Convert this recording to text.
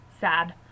Sad